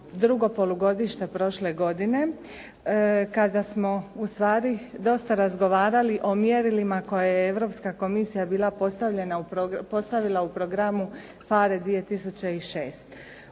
drugo polugodište prošle godine kada smo ustvari dosta razgovarali o mjerilima koja je Europska komisija bila postavila u programu PHARE 2006.